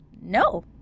no